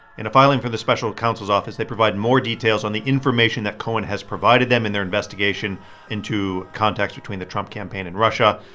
in a filing for the special counsel's office, they provide more details on the information that cohen has provided them in their investigation into contacts between the trump campaign and russia.